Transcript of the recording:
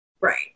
Right